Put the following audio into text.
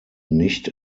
nicht